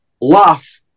laugh